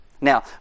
Now